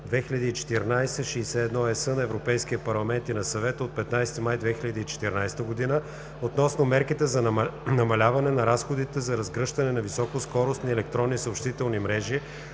2014/61/ЕС на Европейския парламент и на Съвета от 15 май 2014 г. относно мерките за намаляване на разходите за разгръщане на високоскоростни електронни съобщителни мрежи